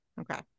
okay